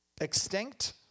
Extinct